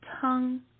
tongue